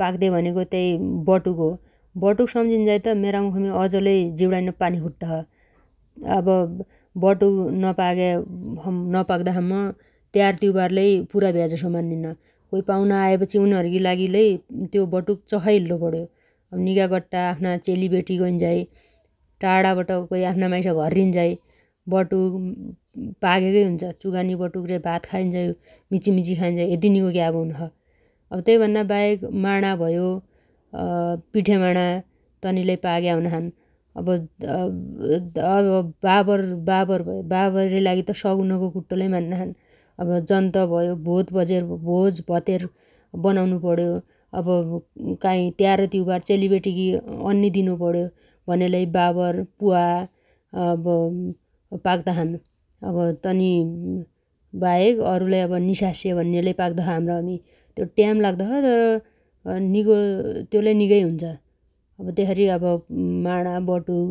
पाग्दे भनेगो त्यै बटुग हो । बटुग सम्झीन्झाइ त मेरा मुखमी अजलै जिब्णाइनो पानी फुट्टोछ । अब बटुग नपाग्या-नपाग्दा सम्म त्यारत्युबार लै पुरा भ्या जसो मान्निन्न । कोइ पाउना आएपछि उनहर्गी लागि लै त्यो बटुग चखाइहेल्लो पण्यो । अब निगा गट्टा आफ्ना चेलीबेटी गैन्झाइ टाणाबाट कोइ आफ्ना माइस घर्रिन्झाइ बटुग पागेगै हुन्छ । चुगानी बटुग रे भात खाइन्झाइ मिचिमिची खाइन्झाइ यति निगो क्याब हुन्छ । अब तैभन्नाबाहेक माणा भयो पिठेमाणा तनी लै पाग्या हुनाछन् । अब बाबर-बाबर-बा-बाबरै लागि त सगुनो कुट्टो लै मान्नाछन् । अब जन्त भयो भोज भतेर बनाउनुपण्यो अब काइ त्यार त्युबार चेलीबेटीगी अन्नी दिनुपण्यो भनेलै बाबर प्वा पाक्ताछन् । अब तनी बाहेक अरुलै अब निसास्से भन्ने लै पाक्दोछ हाम्रामी । त्यो ट्याम लाग्दो छ तर निगो त्यो लै निगै हुन्छ । त्यसरी अब माणा बटुग